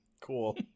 cool